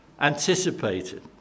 anticipated